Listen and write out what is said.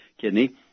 kidney